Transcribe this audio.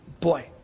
Boy